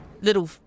Little